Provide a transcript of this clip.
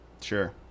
Sure